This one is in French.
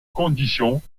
conditions